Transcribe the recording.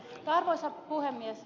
arvoisa puhemies